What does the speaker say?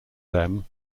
them